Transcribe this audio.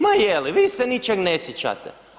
Ma je li, vi se ničeg ne sjećate.